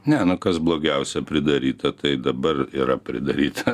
ne kas blogiausia pridaryta tai dabar yra pridaryta